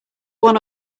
one